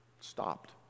stopped